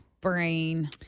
brain